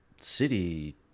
city